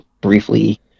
briefly